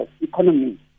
economy